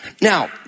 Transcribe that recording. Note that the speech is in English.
Now